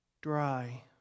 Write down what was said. Dry